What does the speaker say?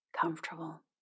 comfortable